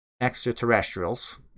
extraterrestrials